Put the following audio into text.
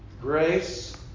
grace